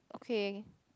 okay